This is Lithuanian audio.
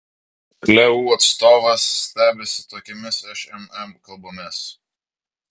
leu atstovas stebisi tokiomis šmm kalbomis